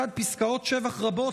לצד פסקאות שבח רבות,